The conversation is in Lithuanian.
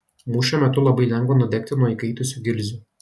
mūšio metu labai lengva nudegti nuo įkaitusių gilzių